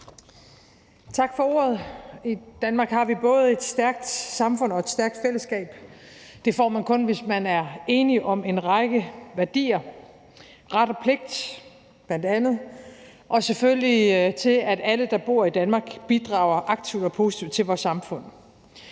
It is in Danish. Tak for ordet. I Danmark har vi både et stærkt samfund og et stærkt fællesskab. Det får man kun, hvis man er enig om en række værdier, bl.a. ret og pligt, og selvfølgelig at alle, der bor i Danmark, bidrager aktivt og positivt til vores samfund.